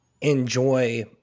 enjoy